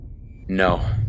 No